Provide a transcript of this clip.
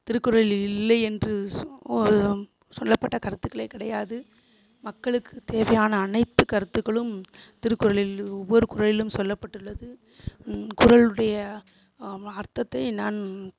திருக்குறளில் இல்லை என்று சொல்லம் சொல்லப்பட்ட கருத்துக்களே கிடையாது மக்களுக்குத் தேவையான அனைத்துக் கருத்துக்களும் திருக்குறளில் ஒவ்வொரு குறளிலும் சொல்லப்பட்டுள்ளது குறளுடைய ம அர்த்தத்தை நான்